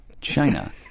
China